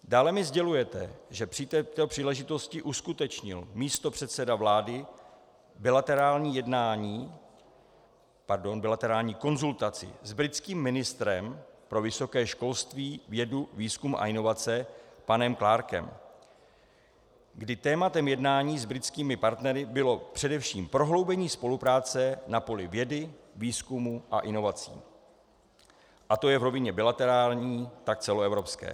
Dále mi sdělujete, že při této příležitosti uskutečnil místopředseda vlády bilaterální jednání, pardon, bilaterální konzultaci s britským ministrem pro vysoké školství, vědu, výzkum a inovace panem Clarkem, kdy tématem jednání s britskými partnery bylo především prohloubení spolupráce na poli vědy, výzkumu a inovací, a to jak v rovině bilaterální, tak celoevropské.